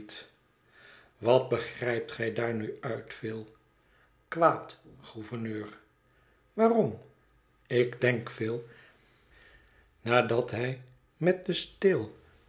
wat begrijpt gij daar nu uit phil kwaad gouverneur waarom ik denk antwoordt phil nadat hij mét den steel